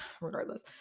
regardless